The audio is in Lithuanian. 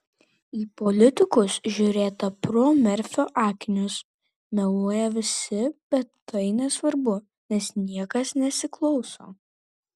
į politikus žiūrėta pro merfio akinius meluoja visi bet tai nesvarbu nes niekas nesiklauso